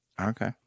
Okay